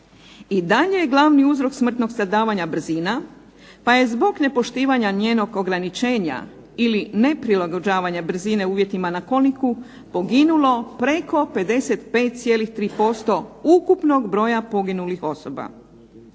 I dalje je glavni uzrok smrtnog stradavanja brzina, pa je zbog nepoštivanja njenog ograničenja, ili neprilagođivanja brzine uvjetima na kolniku poginulo preko 55,3% ukupnog broja poginulih osoba.